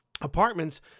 apartments